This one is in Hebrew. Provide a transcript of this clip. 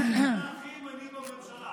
למרות שאתה הכי ימני בממשלה.